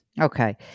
Okay